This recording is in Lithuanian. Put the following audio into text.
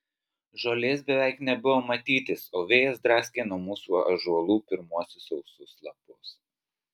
žolės beveik nebuvo matytis o vėjas draskė nuo mūsų ąžuolų pirmuosius sausus lapus